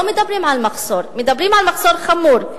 לא מדברים על מחסור, מדברים על מחסור חמור.